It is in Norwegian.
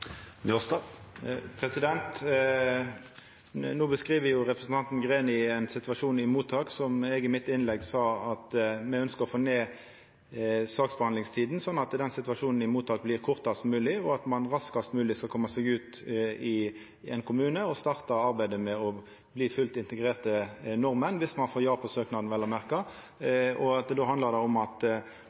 situasjon i mottak som eg i mitt innlegg sa at me ønskjer å få ned saksbehandlingstida for, slik at den situasjonen i mottak blir kortast mogeleg, og at ein raskast mogeleg skal koma seg ut i ein kommune og starta arbeidet med å bli fullt integrerte nordmenn – viss ein får ja på søknaden, vel å merka. Då handlar det om at